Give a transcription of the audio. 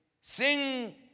Sing